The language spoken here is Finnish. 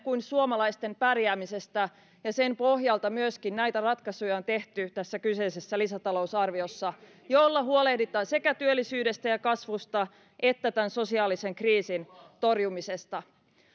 kuin suomalaisten pärjäämisestä ja sen pohjalta myöskin näitä ratkaisuja on tehty tässä kyseisessä lisätalousarviossa jolla huolehditaan sekä työllisyydestä ja kasvusta että tämän sosiaalisen kriisin torjumisesta